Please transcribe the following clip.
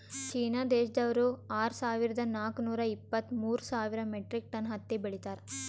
China ದೇಶ್ದವ್ರು ಆರ್ ಸಾವಿರದಾ ನಾಕ್ ನೂರಾ ಇಪ್ಪತ್ತ್ಮೂರ್ ಸಾವಿರ್ ಮೆಟ್ರಿಕ್ ಟನ್ ಹತ್ತಿ ಬೆಳೀತಾರ್